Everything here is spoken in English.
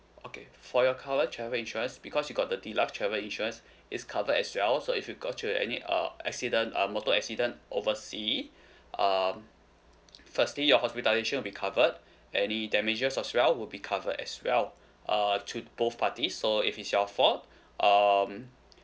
okay for your cover travel insurance because you got the deluxe travel insurance it's covered as well so if you got to any uh accident uh motor accident overseas um firstly your hospitalisation will be covered any damages as well will be covered as well err to both parties so if it's your fault um